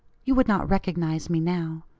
you would not recognize me now.